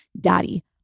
daddy